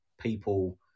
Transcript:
people